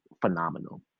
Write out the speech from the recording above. phenomenal